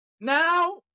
Now